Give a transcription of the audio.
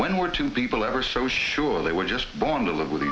when we're two people ever so sure they were just born to live with